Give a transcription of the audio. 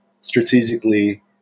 strategically